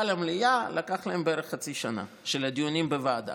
למליאה לקח להם בערך חצי שנה של דיונים בוועדה.